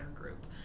group